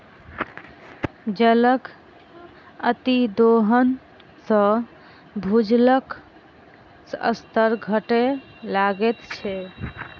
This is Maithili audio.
जलक अतिदोहन सॅ भूजलक स्तर घटय लगैत छै